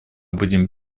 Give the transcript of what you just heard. будем